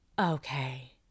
okay